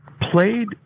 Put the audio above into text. played